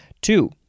Two